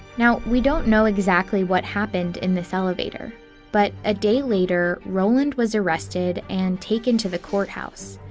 now we don't know exactly what happened in this elevator but a day later, rowland was arrested and taken to the courthouse.